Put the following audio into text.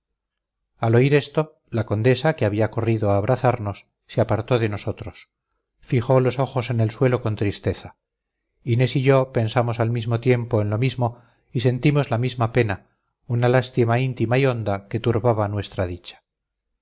al oír esto la condesa que había corrido a abrazamos se apartó de nosotros fijó los ojos en el suelo con tristeza inés y yo pensamos al mismo tiempo en lo mismo y sentimos la misma pena una lástima íntima y honda que turbaba nuestra dicha